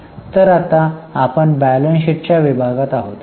तर आता आपण बॅलन्स शीटच्या विभागात आहोत